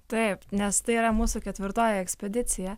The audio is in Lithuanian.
taip nes tai yra mūsų ketvirtoji ekspedicija